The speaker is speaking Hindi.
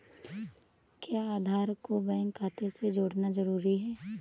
क्या आधार को बैंक खाते से जोड़ना जरूरी है?